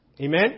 Amen